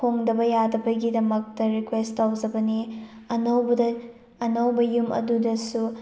ꯍꯣꯡꯗꯕ ꯌꯥꯗꯕꯒꯤꯗꯃꯛꯇ ꯔꯤꯀ꯭ꯋꯦꯁ ꯇꯧꯖꯕꯅꯤ ꯑꯅꯧꯕꯗ ꯑꯅꯧꯕ ꯌꯨꯝ ꯑꯗꯨꯗꯁꯨ